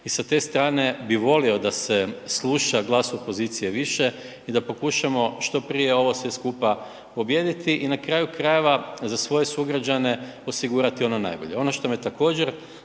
i sa te strane bi volio da se sluša glas opozicije više i da pokušamo što prije ovo sve skupa pobijediti i na kraju krajeva, za svoje sugrađane osigurati ono najbolje. Ono što me također,